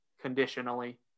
conditionally